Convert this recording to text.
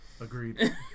Agreed